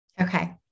Okay